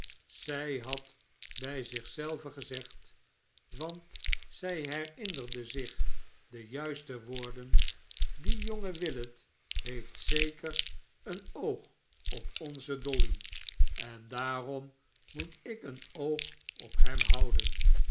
zij had bij zich zelve gezegd want zij herinnerde zich de juiste woorden die jonge willet heeft zeker een obg op onze dolly en daarom moet ik een oog op hem houden